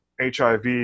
HIV